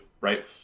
right